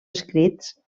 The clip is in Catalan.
escrits